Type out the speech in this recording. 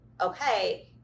okay